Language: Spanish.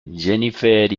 jennifer